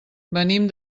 venim